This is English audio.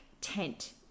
tent